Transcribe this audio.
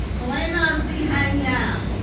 helena zi heng yan,